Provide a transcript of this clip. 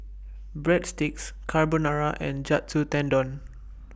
Breadsticks Carbonara and Katsu Tendon